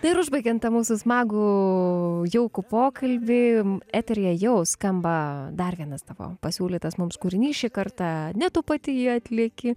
tai ir užbaigiant mūsų smagų jaukų pokalbį eteryje jau skamba dar vienas tavo pasiūlytas mums kūrinys šį kartą ne tu pati jį atlieki